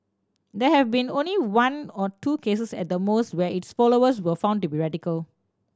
there have been only one or two cases at the most where its followers were found to be radical